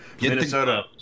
Minnesota